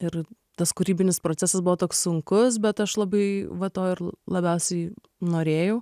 ir tas kūrybinis procesas buvo toks sunkus bet aš labai va to ir labiausiai norėjau